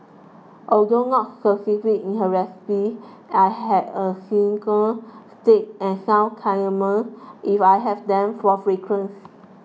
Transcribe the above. although not in her recipe I had a cinnamon stick and some cardamom if I have them for fragrance